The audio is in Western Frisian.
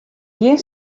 gjin